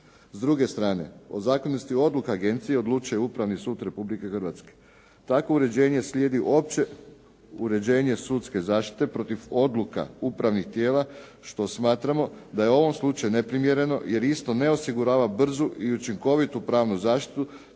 S druge strane, o zakonitosti odluka agencije odlučuje Upravni sud Republike Hrvatske. Takvo uređenje slijedi opće uređenje sudske zaštite protiv odluka upravnih tijela što smatramo da je u ovom slučaju neprimjereno jer isto ne osigurava brzu i učinkovitu pravnu zaštitu